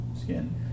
skin